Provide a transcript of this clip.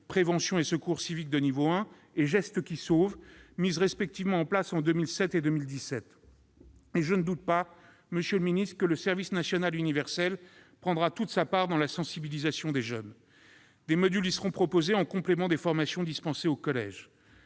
Prévention et secours civiques de niveau 1 » et « Gestes qui sauvent », mises respectivement en place en 2007 et 2017. Et je ne doute pas, monsieur le secrétaire d'État, que le service national universel prendra toute sa part dans la sensibilisation des jeunes. Des modules y seront en effet proposés, en complément des formations dispensées au collège.